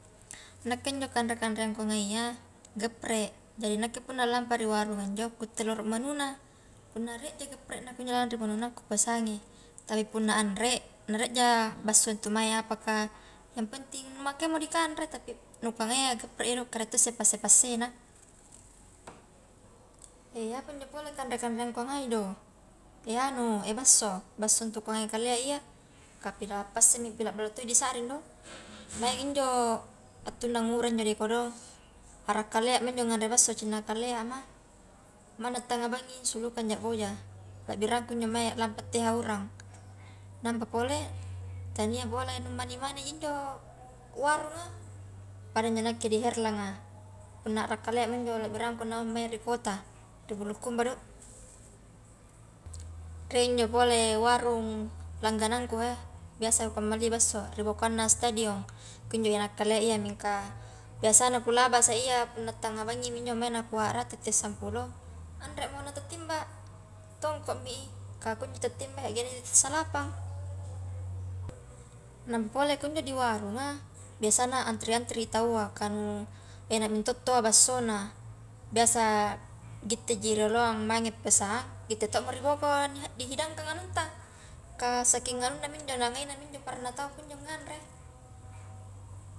Nakke njo knre-kanreang kungai iya geprek, jadi nakke punna lampa a ri warung injo kutte rolo menuna, punna rieji geprekna kunjo lalang ri menuna kupesangi, tapi punna anre narie ja basso intu mae apakah yang penting makayyamo ni kanre tapi nu pangayya geprek iya do ka rie tosse passe-passena, apanjo pole kanre-kanreang ku angai do, au e basso, bassu ntu kungai kalea iya, kah pila pasemi pilah ballo todoi di saring do, maing injo attunna ngura injo de koodng arra kaleama injo nganre bakso cinna kaleama manna tanga bangi sulukanja boja, labbirangku mae lampa teha urang, nampa pole tania bola nu mani-mani injo warunga, pada njo nakke di herlanga punna arra kaleama injo kulabbirangang kunaung mange ri kota, ri bulukumba do, rie injo pole warung langganangku he biasa kummalli basso ri bokoangna stadion kunjo enak kalea iya mingka biasana kulabasa iya punna tanga bangimi injo mai nah kua ara tette sampulo anremo na tatimba, tongko mi i kah kunjo tatimba iya saggenaji tette salapang, nam pole kunjo di warunga biasana antri-antri taua kah anu enak minto tawwa bassona, biasa gitteji rioloang mange pesan gitte to mo riboko ni di hidangkan anunta kah saking anunnami injo nagainnami injo padanna tau kunjo nganre.